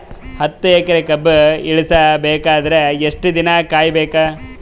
ಹತ್ತು ಎಕರೆ ಕಬ್ಬ ಇಳಿಸ ಬೇಕಾದರ ಎಷ್ಟು ದಿನ ಕಾಯಿ ಬೇಕು?